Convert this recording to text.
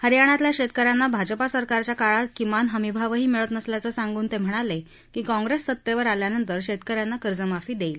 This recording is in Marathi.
हरियाणातल्या शेतकऱ्यांना भाजपा सरकारच्या काळात किमान हमी भावही मिळत नसल्याचं सांगून ते म्हणाले की काँप्रेस सत्तेवर आल्यावर शेतकऱ्यांना कर्जमाफी देईल